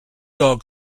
dog